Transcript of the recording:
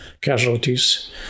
casualties